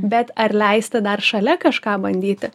bet ar leisti dar šalia kažką bandyti